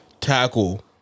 tackle